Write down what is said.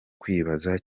kwibaza